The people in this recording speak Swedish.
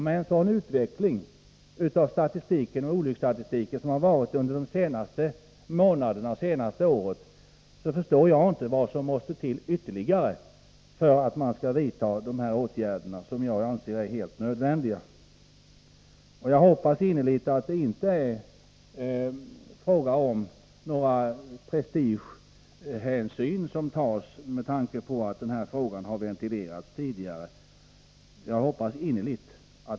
Med tanke på olycksfallsstatistikens utveckling under det senaste året och de senaste månaderna förstår jag inte vad som måste till ytterligare för att man skall vidta de åtgärder som jag anser vara helt nödvändiga. Jag hoppas innerligt att det inte är fråga om några prestigehänsyn med tanke på att denna fråga har ventilerats tidigare.